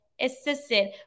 assisted